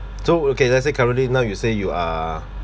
so okay let's say currently now you say you are